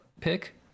pick